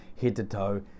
head-to-toe